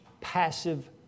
passive